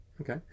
Okay